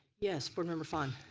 yes, board member phan.